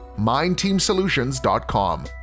mindteamsolutions.com